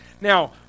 Now